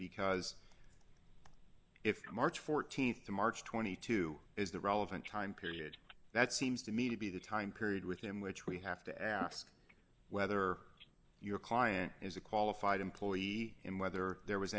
because if march th to march twenty two is the relevant time period that seems to me to be the time period within which we have to ask whether your client is a qualified employee and whether there was